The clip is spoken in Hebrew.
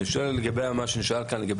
אני שואל לגבי השירות.